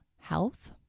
health